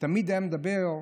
תמיד היה מדבר,